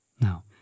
Now